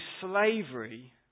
slavery